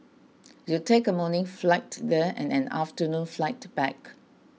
you'll take a morning flight there and an afternoon flight back